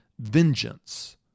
vengeance